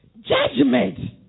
judgment